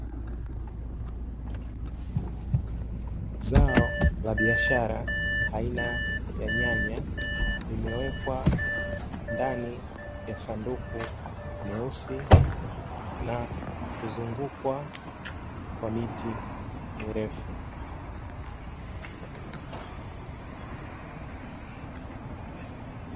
Zao la biashara aina ya nyanya limewekwa ndani ya sanduku meusi na kuzungukwa kwa miti mirefu.